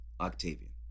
Octavian